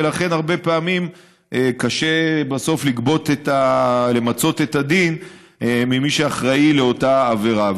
ולכן הרבה פעמים קשה בסוף למצות את הדין עם מי שאחראי לאותה עבירה.